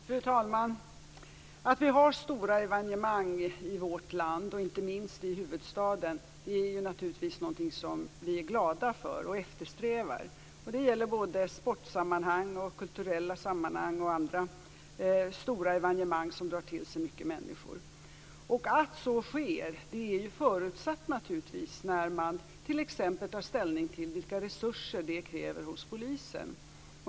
Fru talman! Att vi har stora evenemang i vårt land - och inte minst i huvudstaden - är naturligtvis något som vi är glada för och eftersträvar. Det gäller såväl i sportsammanhang och kulturella sammanhang som i fråga om andra stora evenemang som drar till sig mycket människor. Att så sker är naturligtvis förutsatt när man t.ex. tar ställning till vilka resurser som krävs hos polisen.